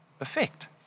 effect